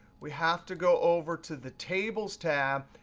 we have to go over to the tables tab.